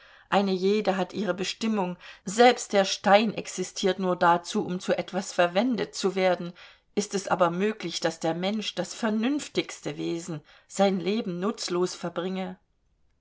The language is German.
eine jede hat ihre bestimmung selbst der stein existiert nur dazu um zu etwas verwendet zu werden ist es aber möglich daß der mensch das vernünftigste wesen sein leben nutzlos verbringe